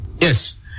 Yes